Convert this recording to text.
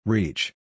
Reach